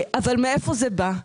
מאיפה זה בא?